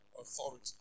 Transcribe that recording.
authority